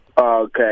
Okay